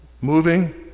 moving